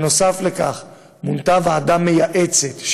נוסף על כך מונתה ועדה מייעצת,